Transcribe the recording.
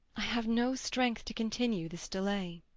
i have no strength to continue this delay.